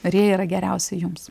ir jie yra geriausi jums